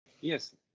Yes